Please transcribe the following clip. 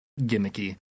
gimmicky